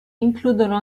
includono